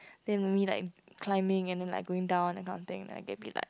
then only like climbing and then like going down that kind of thing I get it like